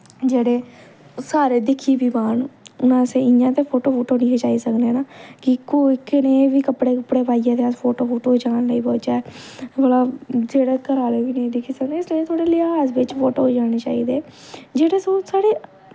जेह्ड़े सारे दिक्खी बी पान ते हून अस इ'यां ते फोटो फाटो नी खचाई सकने ना कि कोई कनेह् बी कपड़े कुपड़े पाइयै अस फोटो फोटू खचान लगी पौचै भला जेह्ड़े घर आह्ले बी नी दिक्खी सकन इसलेई थोह्ड़े लेहाज बिच्च फोटो खचाने चाहिदे जेह्ड़े साढ़े